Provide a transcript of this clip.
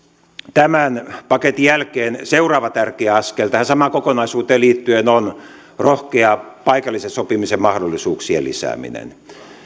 tämän paketin jälkeen seuraava tärkeä askel tähän samaan kokonaisuuteen liittyen on rohkea paikallisen sopimisen mahdollisuuksien lisääminen